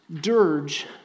dirge